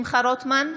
שמחה רוטמן,